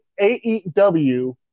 AEW